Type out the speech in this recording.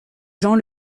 gens